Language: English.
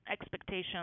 expectations